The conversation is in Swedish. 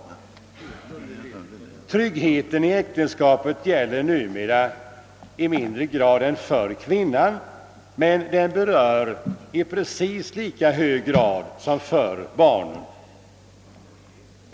Tryggheten i äktenskapet gäller numera i mindre grad än förr kvinnan, men den berör i lika hög grad som förr barnen.